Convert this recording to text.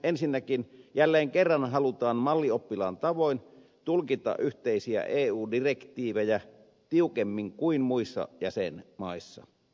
ensinnäkin jälleen kerran halutaan mallioppilaan tavoin tulkita yhteisiä eu direktiivejä tiukemmin kuin muissa jäsenmaissa